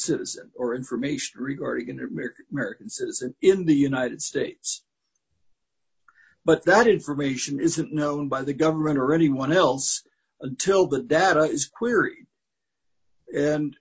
citizen or information regarding an american citizen in the united states but that information isn't known by the government or anyone else until that data is queried and